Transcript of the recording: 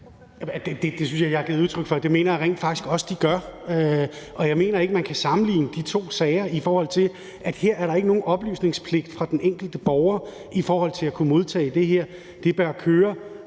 Det synes jeg jeg har givet udtryk for, og det mener jeg rent faktisk også de gør. Og jeg mener ikke, man kan sammenligne de to sager, i forhold til at der her ikke er nogen oplysningspligt for den enkelte borger med hensyn til at kunne modtage det her. Det bør køre